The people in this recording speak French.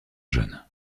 jeune